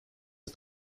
das